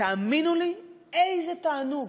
ותאמינו לי, איזה תענוג,